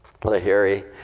Lahiri